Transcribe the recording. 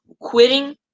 quitting